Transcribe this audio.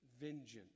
vengeance